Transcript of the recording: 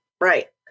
Right